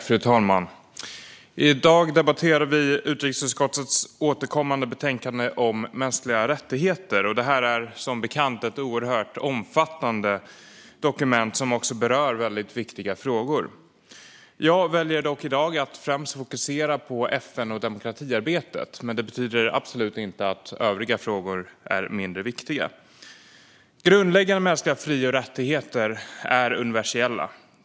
Fru talman! I dag debatterar vi utrikesutskottets återkommande betänkande om mänskliga rättigheter. Det är som bekant ett oerhört omfattande dokument som också berör väldigt viktiga frågor. Jag väljer i dag att främst fokusera på FN och demokratiarbetet. Men det betyder absolut inte att övriga frågor är mindre viktiga. Grundläggande mänskliga fri och rättigheter är universella.